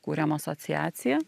kuriam asociaciją